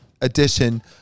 edition